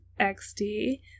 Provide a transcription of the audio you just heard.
XD